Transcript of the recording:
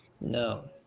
No